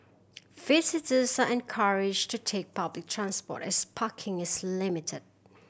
visitors are encouraged to take public transport as parking is limited